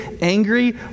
angry